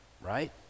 right